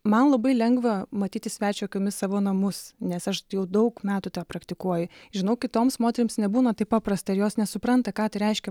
man labai lengva matyti svečio akimis savo namus nes aš jau daug metų tą praktikuoju žinau kitoms moterims nebūna taip paprasta ir jos nesupranta ką tai reiškia